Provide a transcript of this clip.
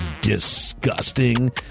disgusting